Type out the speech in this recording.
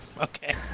Okay